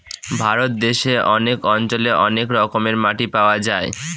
ভারত দেশে অনেক অঞ্চলে অনেক রকমের মাটি পাওয়া যায়